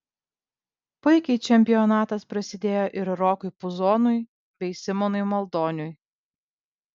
puikiai čempionatas prasidėjo ir rokui puzonui bei simonui maldoniui